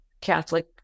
Catholic